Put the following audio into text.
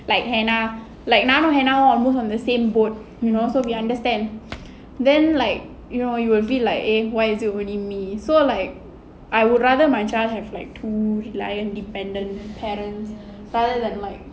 like hannah like hannah and I both on the same boat you know so we understand then like you will feel like eh why is it only me so like I would rather my child with like two reliant dependent parents rather than like